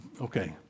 Okay